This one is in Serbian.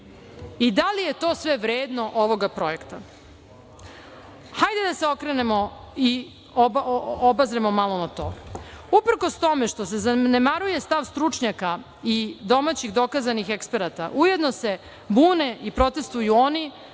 i da li je to sve vredno ovog projekta. Hajde da se okrenemo i obazremo malo na to. Uprkos tome što se zanemaruje stav stručnjaka i domaćih dokazanih eksperata, ujedno se bune i protestvuju oni